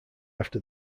after